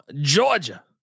Georgia